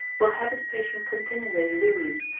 will have his patient continually loose,